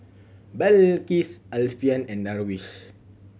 Balqis Alfian and Darwish